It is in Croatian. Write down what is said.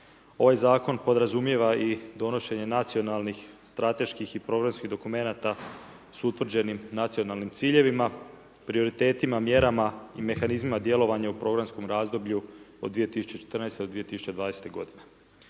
ovaj zakon podrazumijeva donošenje i nacionalnih, strateških i …/Govornik se ne razumije./… dokumenata s utvrđenim nacionalnim ciljevima, prioritetima, mjerama i mehanizmima djelovanja au programskom razdoblju od 2014.-2020. g.